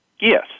Yes